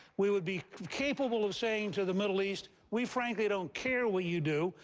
we would be capable of saying to the middle east, we frankly don't care what you do.